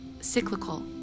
cyclical